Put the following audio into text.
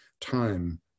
time